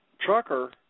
trucker